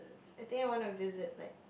I think I want to visit like